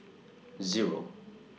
Zero